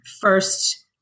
first